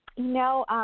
No